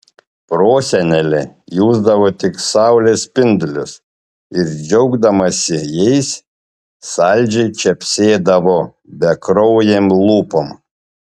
prosenelė jusdavo tik saulės spindulius ir džiaugdamasi jais saldžiai čepsėdavo bekraujėm lūpom